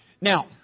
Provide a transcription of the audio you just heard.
Now